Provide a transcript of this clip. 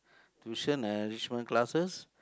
tuition and enrichment classes